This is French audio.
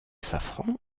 safran